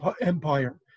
Empire